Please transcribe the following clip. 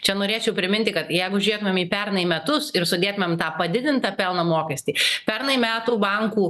čia norėčiau priminti kad jeigu žėtumėm į pernai metus ir sudėtumėm tą padidintą pelno mokestį pernai metų bankų